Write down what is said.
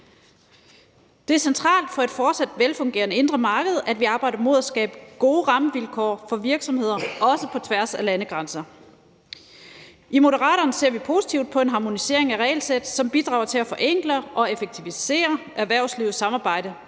Det er centralt for et fortsat velfungerende indre marked, at vi arbejder mod at skabe gode rammevilkår for virksomheder, også på tværs af landegrænser. I Moderaterne ser vi positivt på en harmonisering af regelsæt, som bidrager til at forenkle og effektivisere erhvervslivets samarbejde